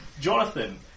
Jonathan